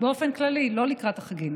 באופן כללי, לא לקראת החגים.